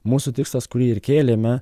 mūsų tikslas kurį ir kėlėme